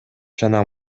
жана